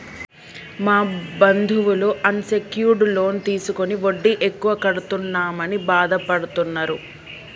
మా బంధువులు unsecured loan తీసుకుని వడ్డీ ఎక్కువ కడుతున్నామని బాధపడుతున్నరు